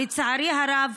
לצערי הרב,